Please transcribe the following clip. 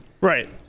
Right